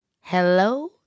Hello